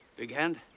big hand?